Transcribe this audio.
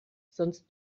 sonst